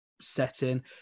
setting